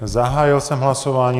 Zahájil jsem hlasování.